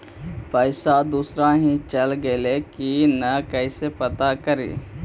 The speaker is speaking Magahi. पैसा दुसरा ही चल गेलै की न कैसे पता करि?